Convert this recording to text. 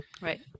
Right